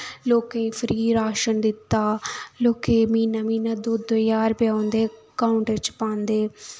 लोकें गी free ration दित्ता लोकें गी म्हीनै म्हीनै दो दो ज्हार रपेऽ औंदे अकाउंट च पांदे